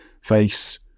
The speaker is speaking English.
face